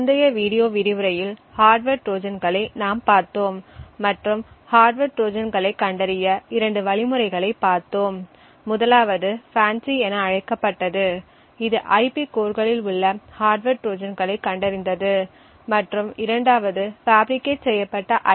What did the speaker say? முந்தைய வீடியோ விரிவுரையில் ஹார்ட்வர் ட்ரோஜான்களை நாம் பார்த்தோம் மற்றும் ஹார்ட்வர் ட்ரோஜான்களைக் கண்டறிய இரண்டு வழிமுறைகளைப் பார்த்தோம் முதலாவது FANCI என அழைக்கப்பட்டது இது ஐபி கோர்களில் உள்ள ஹார்ட்வர் ட்ரோஜான்களைக் கண்டறிந்தது மற்றும் இரண்டாவது பாஃபிரிகேட் செய்யப்பட்ட ஐ